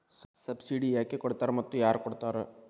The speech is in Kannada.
ಸಬ್ಸಿಡಿ ಯಾಕೆ ಕೊಡ್ತಾರ ಮತ್ತು ಯಾರ್ ಕೊಡ್ತಾರ್?